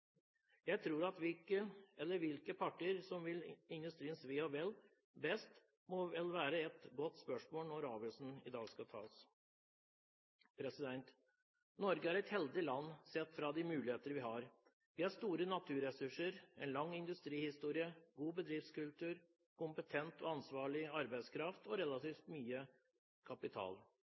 Jeg tror at hvilke partier som vil industriens ve og vel mest, vel må være et godt spørsmål når avgjørelsen i dag skal tas. Norge er et heldig land, sett ut fra de muligheter vi har. Vi har store naturressurser, en lang industrihistorie, god bedriftskultur, kompetent og ansvarlig arbeidskraft og relativt mye kapital.